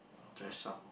dress up